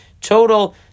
total